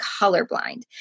colorblind